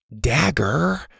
Dagger